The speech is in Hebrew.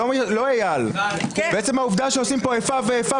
שגם אותי עניין כמובן כמציע החוק